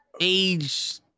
age